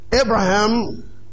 Abraham